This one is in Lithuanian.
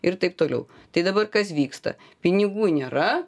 ir taip toliau tai dabar kas vyksta pinigų nėra